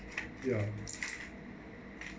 ya